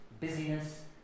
busyness